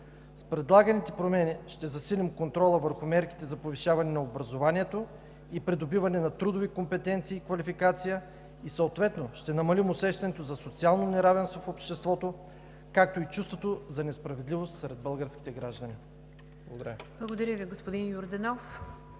С предлаганите промени ще засилим контрола върху мерките за повишаване на образованието и придобиване на трудови компетенции и квалификация и съответно ще намалим усещането за социално неравенство в обществото, както и чувството за несправедливост сред българските граждани. Благодаря Ви.